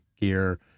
gear